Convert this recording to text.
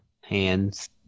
hands